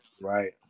Right